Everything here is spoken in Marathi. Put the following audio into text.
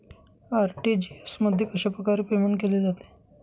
आर.टी.जी.एस मध्ये कशाप्रकारे पेमेंट केले जाते?